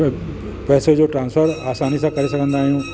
प पैसे जो ट्रांस्फ़र आसानी सां करे सघंदा आहियूं